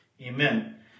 Amen